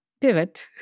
pivot